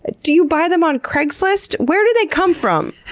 ah do you buy them on craigslist? where do they come from?